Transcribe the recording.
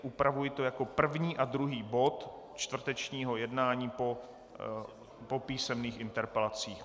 Upravuji to jako první a druhý bod čtvrtečního jednání po písemných interpelacích.